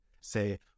say